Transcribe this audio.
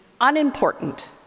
unimportant